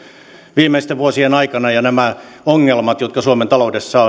viimeisten vuosien aikana ja nämä ongelmat jotka suomen taloudessa